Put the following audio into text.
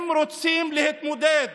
אם רוצים להתמודד